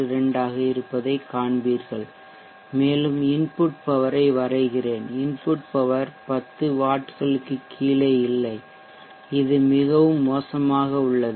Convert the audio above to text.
62 ஆக இருப்பதைக் காண்பீர்கள் மேலும் இன்புட் பவர் ஐ வரைகிறேன் இன்புட் பவர் 10 வாட்களுக்குக் கீழே இல்லை இது மிகவும் மோசமாக உள்ளது